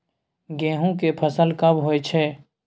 गेहूं के फसल कब होय छै?